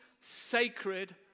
sacred